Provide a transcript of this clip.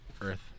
Earth